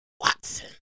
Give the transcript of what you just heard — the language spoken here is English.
Watson